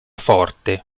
forte